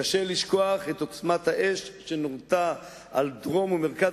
קשה לשכוח את עוצמת האש שנורתה על דרום ומרכז